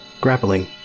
grappling